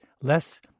less